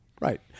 right